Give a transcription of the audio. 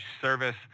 service